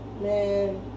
Man